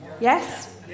Yes